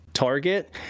target